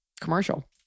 commercial